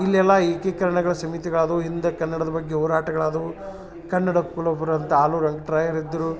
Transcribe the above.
ಇಲ್ಲೆಲ್ಲ ಏಕೀಕರಣಗಳ ಸಮಿತಿಗಳಾದು ಹಿಂದೆ ಕನ್ನಡದ ಬಗ್ಗೆ ಹೋರಾಟಗಳಾದವು ಕನ್ನಡ ಕುಲೋಬ್ರಂತ ಆಲೂರು ಇದ್ದರು